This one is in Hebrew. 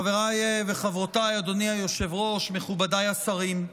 חבריי וחברותיי, אדוני היושב-ראש, מכובדיי השרים,